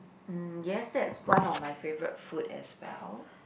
mm yes that's one of my favourite food as well